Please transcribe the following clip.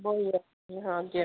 ଭଲ ହଁ ଆଜ୍ଞା